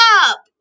up